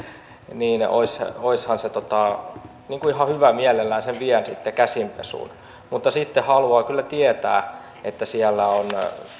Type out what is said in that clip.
niin olisihan se ihan hyvä mielelläni sen vien sitten käsinpesuun mutta sitten haluan kyllä tietää että siellä on